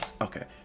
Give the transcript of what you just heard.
Okay